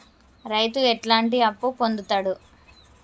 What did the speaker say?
రైతు ఎట్లాంటి అప్పు పొందుతడు?